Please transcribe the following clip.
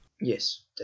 yes